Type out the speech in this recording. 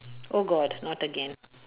oh god not again